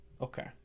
okay